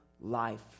life